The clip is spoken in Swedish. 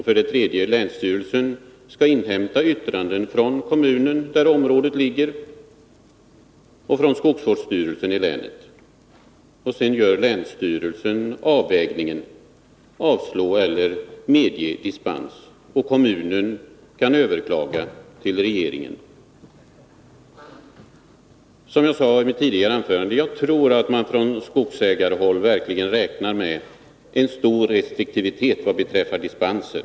För det tredje skall länsstyrelsen inhämta yttranden från kommunen där orten ligger och från skogsvårdsstyrelsen i länet. Sedan gör länsstyrelsen avvägningen och avslår eller medger dispens. Kommunen kan överklaga till regeringen. Som jag sade i mitt tidigare anförande tror jag att man från skogsägarhåll verkligen räknar med stor restriktivitet vad beträffar dispenser.